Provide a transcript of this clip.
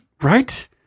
Right